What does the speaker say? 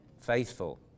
faithful